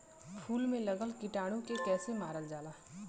फूल में लगल कीटाणु के कैसे मारल जाला?